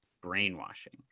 brainwashing